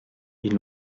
ils